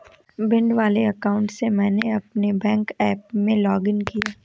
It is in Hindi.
भिंड वाले अकाउंट से मैंने अपने बैंक ऐप में लॉग इन किया